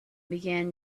began